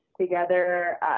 Together